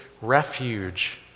refuge